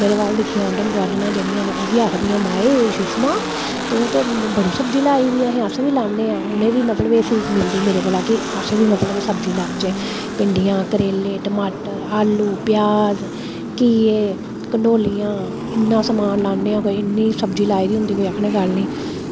मेरे अल्ल दिक्खियै गुआंढ़ना न आक्खदियां न सुषमा तूं ते बड़ा सब्ज़ी लाई दी ऐ अस बी लाने आं ते उनेंगी बी सीख मिलदी मेरे कशा की अस बी सब्ज़ी लाचै भिंडिया करेले आलूं टमाटर प्याज़ घिये कंडोलियां इन्ना समान लैने आं की हून कोई इन्नी सब्ज़ी लाई दी होंदी की आक्खनै दी गल्ल गै नेईं